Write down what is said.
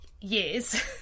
years